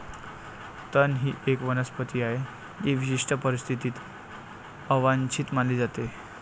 तण ही एक वनस्पती आहे जी विशिष्ट परिस्थितीत अवांछित मानली जाते